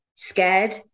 scared